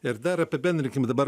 ir dar apibendrinkim dabar